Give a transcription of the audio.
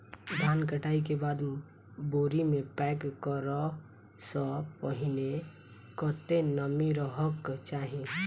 धान कटाई केँ बाद बोरी मे पैक करऽ सँ पहिने कत्ते नमी रहक चाहि?